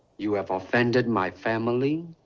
you have offended my family